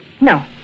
No